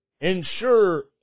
ensure